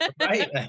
Right